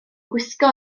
gwisgo